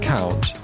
Count